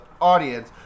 audience